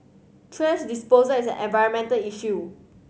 thrash disposal is an environmental issue